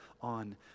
on